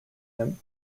him